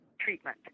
treatment